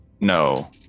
no